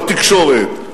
בתקשורת,